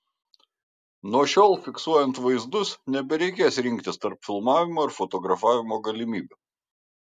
nuo šiol fiksuojant vaizdus nebereikės rinktis tarp filmavimo ir fotografavimo galimybių